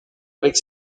avec